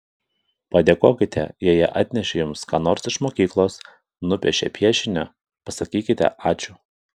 padėkokite jei jie atnešė jums ką nors iš mokyklos nupiešė piešinį pasakykite ačiū